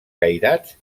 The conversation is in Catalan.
cairats